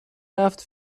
رفت